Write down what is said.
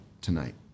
tonight